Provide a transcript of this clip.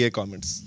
comments